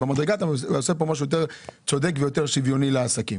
במדרגה אתה עושה משהו יותר צודק ויותר שוויוני לעסקים